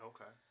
Okay